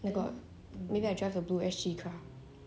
where got maybe I drive a blue S_G car